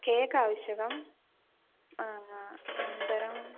cake आवश्यकम् अनन्तरम्